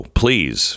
please